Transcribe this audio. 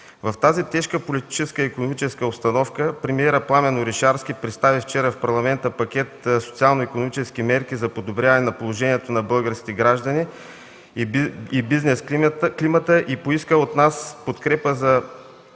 В тази тежка политическа и икономическа обстановка премиерът Пламен Орешарски представи вчера в парламента пакет социално-икономически мерки за подобряване положението на българските граждани, бизнес климата и поиска от нас подкрепа за